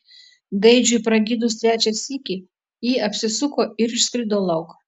gaidžiui pragydus trečią sykį ji apsisuko ir išskrido lauk